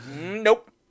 nope